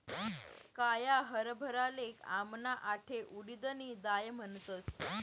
काया हरभराले आमना आठे उडीदनी दाय म्हणतस